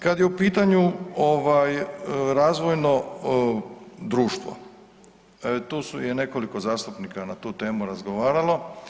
Kad je u pitanju ovaj, razvojno društvo, tu su i nekoliko zastupnika na tu temu razgovaralo.